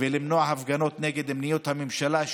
גם 25% מהמחזור שלהם?